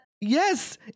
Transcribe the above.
Yes